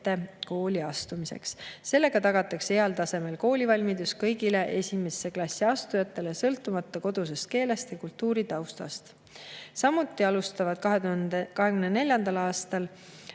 kooli astumiseks. Sellega tagatakse heal tasemel koolivalmidus kõigile esimesse klassi astujatele, sõltumata kodusest keelest või kultuuritaustast. Samuti alustavad 2024. aastal